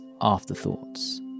Afterthoughts